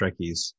Trekkies